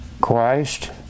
Christ